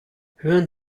hören